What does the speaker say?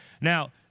Now